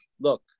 look